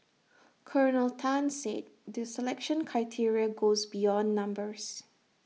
Colonel Tan said the selection criteria goes beyond numbers